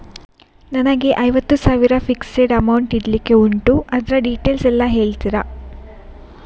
ನನಗೆ ಐವತ್ತು ಸಾವಿರ ಫಿಕ್ಸೆಡ್ ಅಮೌಂಟ್ ಇಡ್ಲಿಕ್ಕೆ ಉಂಟು ಅದ್ರ ಡೀಟೇಲ್ಸ್ ಎಲ್ಲಾ ಹೇಳ್ತೀರಾ?